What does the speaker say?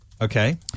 Okay